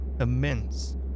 immense